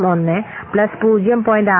01 plus 0